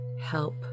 help